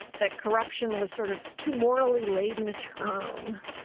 that corruption was sort of too morally laden a term.